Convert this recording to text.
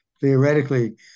theoretically